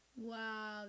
Wow